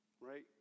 right